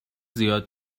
زیاد